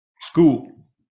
school